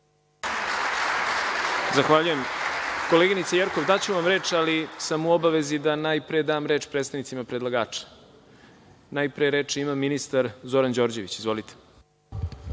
Zahvaljujem. Koleginice Jerkov daću vam reč, ali sam u obavezi da najpre dam reč predstavnicima predlagača. Reč ima ministar Zoran Đorđević. Izvolite.